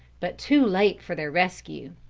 but too late for their rescue.